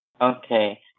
Okay